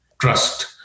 trust